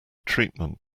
treatment